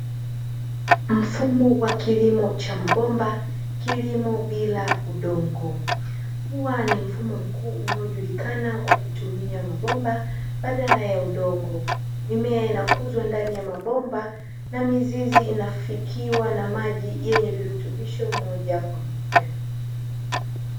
Mfumo wa kilimo cha mabomba (kilimo bila udongo). Huwa ni mfumo mkuu unaojulikana kwa kutumia mabomba badala ya udongo. Mimea inakuzwa ndani ya mabomba na mizizi inafikiwa na maji yenye virutubisho moja kwa moja.